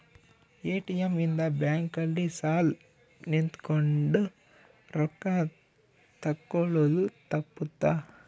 ATM ಇಂದ bank ಅಲ್ಲಿ ಸಾಲ್ ನಿಂತ್ಕೊಂಡ್ ರೊಕ್ಕ ತೆಕ್ಕೊಳೊದು ತಪ್ಪುತ್ತ